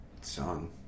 song